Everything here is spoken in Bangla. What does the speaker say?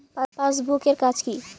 পাশবুক এর কাজ কি?